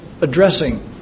addressing